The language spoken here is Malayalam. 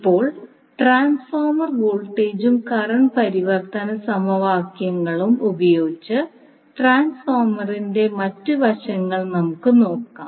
ഇപ്പോൾ ട്രാൻസ്ഫോർമർ വോൾട്ടേജും കറണ്ട് പരിവർത്തന സമവാക്യങ്ങളും ഉപയോഗിച്ച് ട്രാൻസ്ഫോർമറിന്റെ മറ്റ് വശങ്ങൾ നമുക്ക് നോക്കാം